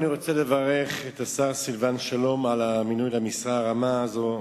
אני רוצה לברך את השר סילבן שלום על המינוי למשרה הרמה הזאת,